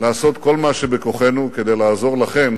לעשות כל מה שבכוחנו כדי לעזור לכם